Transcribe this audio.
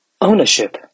ownership